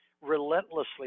relentlessly